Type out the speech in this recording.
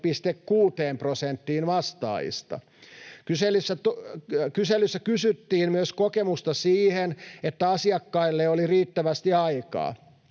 41,6 prosenttiin vastaajista. Kyselyssä kysyttiin myös kokemusta siitä, että asiakkaille oli riittävästi aikaa.